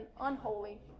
unholy